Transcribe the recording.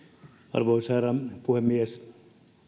arvoisa herra puhemies